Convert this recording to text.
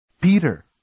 Peter